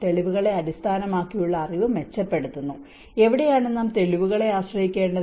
തെളിവുകളെ അടിസ്ഥാനമാക്കിയുള്ള അറിവ് മെച്ചപ്പെടുത്തുന്നു എവിടെയാണ് നാം തെളിവുകളെ ആശ്രയിക്കേണ്ടത്